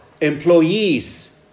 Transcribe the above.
employees